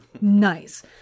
Nice